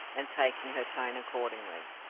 and taking her tone accordingly.